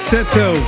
Seto